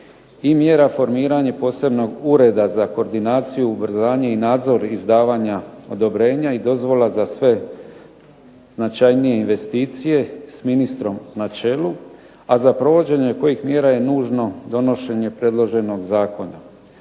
i mjera formiranja posebnog ureda za koordinaciju, ubrzanje i nadzor izdavanja odobrenja i dozvola za sve značajnije investicije s ministrom na čelu, a za provođenje kojih mjera je nužno donošenje predloženog zakona.